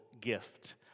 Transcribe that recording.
gift